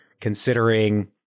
considering